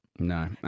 No